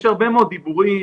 יש הרבה מאוד דיבורים,